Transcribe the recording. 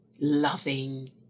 loving